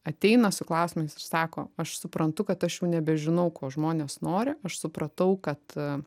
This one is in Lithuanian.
ateina su klausimais ir sako aš suprantu kad aš jau nebežinau ko žmonės nori aš supratau kad